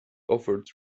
offered